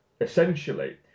essentially